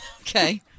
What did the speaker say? okay